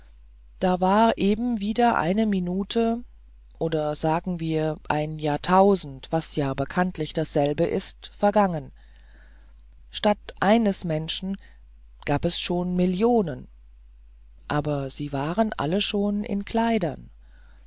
da war eben wieder eine minute oder sagen wir ein jahrtausend was ja bekanntlich dasselbe ist vergangen statt eines menschen gab es schon eine million aber sie waren alle schon in kleidern